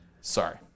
Sorry